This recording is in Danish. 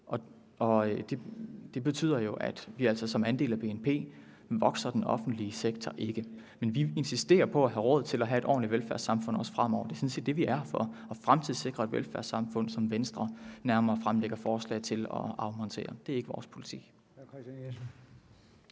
Det betyder jo, at som andel af BNP vokser den offentlige sektor ikke. Men vi insisterer på at have råd til at have et ordentligt velfærdssamfund også fremover. Det er sådan set det, vi er her for, nemlig at fremtidssikre et velfærdssamfund, som Venstre nærmere fremlægger forslag til at afmontere. Det er ikke vores politik.